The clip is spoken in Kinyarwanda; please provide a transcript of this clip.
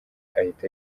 ahita